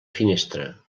finestra